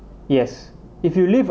yes if you live